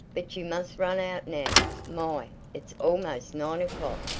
but you must run out now. my! it's almost nine o'clock.